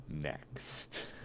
next